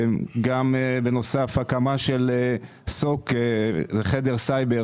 בנוסף הקמה של חדר סייבר